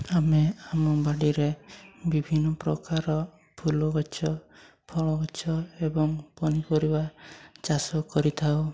ଆମେ ଆମ ବାଡ଼ିରେ ବିଭିନ୍ନ ପ୍ରକାର ଫୁଲ ଗଛ ଫଳ ଗଛ ଏବଂ ପନିପରିବା ଚାଷ କରିଥାଉ